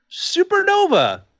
Supernova